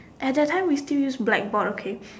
at that time we still used blackboard okay